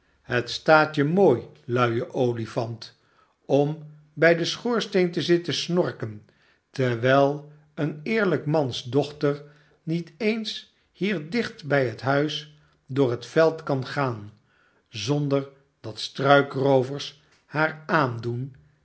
het staat je mooi luie olifant om bij den schoorsteen te zitten snorken terwijl een eerlijk mans dochter niet eens hier dicht bij het huis door het veld kan gaan zonder dat struikroovers haar aandoen